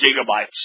gigabytes